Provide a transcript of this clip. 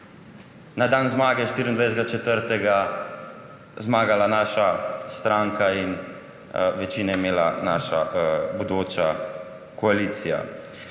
na dan zmage, 24. 4., zmagala naša stranka in večine imela naša bodoča koalicija.